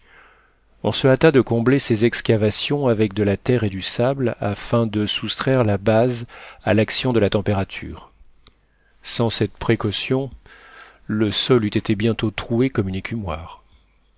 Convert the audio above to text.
on se hâta de combler ces excavations avec de la terre et du sable afin de soustraire la base à l'action de la température sans cette précaution le sol eût été bientôt troué